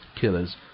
killers